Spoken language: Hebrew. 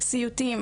סיוטים,